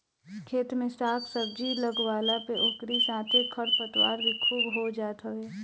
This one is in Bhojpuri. खेत में साग सब्जी लगवला पे ओकरी साथे खरपतवार भी खूब हो जात हवे